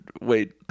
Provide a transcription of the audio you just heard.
wait